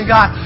God